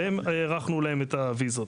והם, הארכנו להם את הויזות.